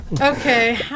Okay